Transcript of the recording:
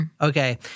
Okay